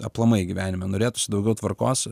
aplamai gyvenime norėtųsi daugiau tvarkos